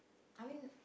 I mean